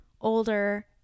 older